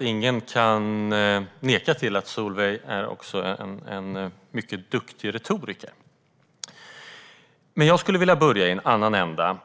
Ingen kan förneka att Solveig är en mycket duktig retoriker. Men jag skulle vilja börja i en annan ända.